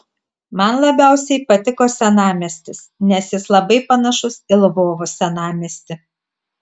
man labiausiai patiko senamiestis nes jis labai panašus į lvovo senamiestį